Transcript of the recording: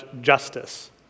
justice